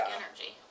energy